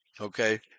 Okay